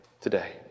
today